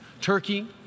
Turkey